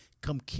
come